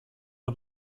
από